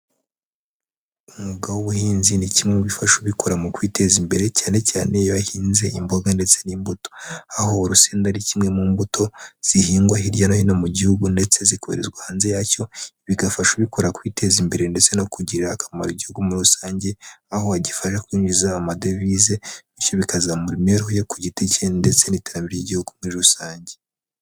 Umwuga w'ubuhinzi ni kimwe mu bifasha ubikora mu kwiteza imbere cyane cyane iyo yahinze imboga ndetse n'imbuto, aho urusenda ari kimwe mu mbuto zihingwa hirya no hino mu gihugu ndetse zikohererwa hanze yacyo, bigafasha ubikora kwiteza imbere ndetse no kugirira akamaro igihugu muri rusange, aho agifasha kwinjiza amadevize, bityo bikazamura imibereho ye ku giti cye, ndetse n'iterambere ry'igihugu muri rusange.